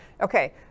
okay